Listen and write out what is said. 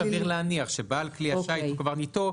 אולי יש יסוד סביר להניח שבעל כלי השיט או קברניטו,